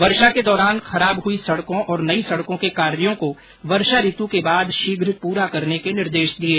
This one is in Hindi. वर्षा के दौरान खराब हुई सड़कों और नई सड़कों के कार्यों को वर्षा ऋत् के बाद शीघ्र प्ररा करने के निर्देश दिये